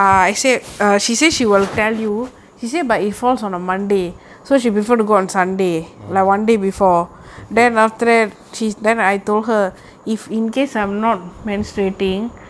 mm okay